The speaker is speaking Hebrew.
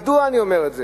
מדוע אני אומר את זה?